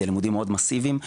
אלו לימודים מאסיביים,